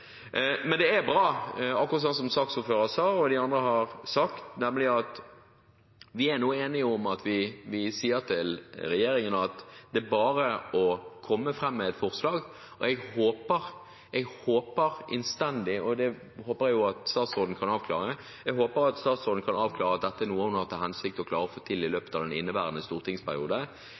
Men det er bra – akkurat slik som saksordføreren sa, og de andre har sagt – at vi nå er enige om at vi sier til regjeringen at det er bare å komme med et forslag. Jeg håper innstendig – og her håper jeg at statsråden kan avklare – at dette er noe hun har til hensikt å klare å få til i løpet av inneværende stortingsperiode.